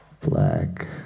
black